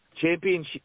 Champions